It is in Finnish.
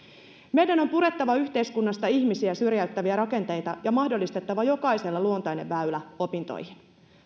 meidän on purettava yhteiskunnasta ihmisiä syrjäyttäviä rakenteita ja mahdollistettava jokaiselle luontainen väylä opintoihin